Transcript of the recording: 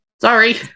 sorry